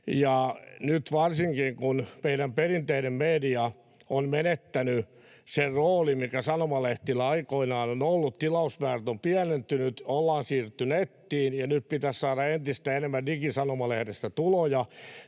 Nyt varsinkin, kun meidän perinteinen media on menettänyt sen roolin, mikä sanomalehdillä aikoinaan on ollut, tilausmäärät ovat pienentyneet, ollaan siirrytty nettiin ja nyt pitäisi saada entistä enemmän digisanomalehdestä tuloja,